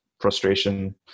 frustration